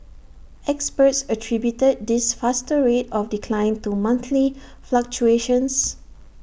experts attributed this faster rate of decline to monthly fluctuations